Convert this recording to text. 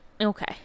okay